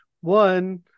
One